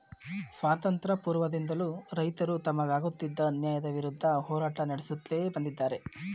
ಸ್ವಾತಂತ್ರ್ಯ ಪೂರ್ವದಿಂದಲೂ ರೈತರು ತಮಗಾಗುತ್ತಿದ್ದ ಅನ್ಯಾಯದ ವಿರುದ್ಧ ಹೋರಾಟ ನಡೆಸುತ್ಲೇ ಬಂದಿದ್ದಾರೆ